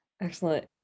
Excellent